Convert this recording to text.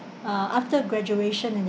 uh after graduation